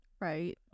Right